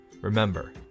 remember